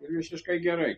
ir visiškai gerai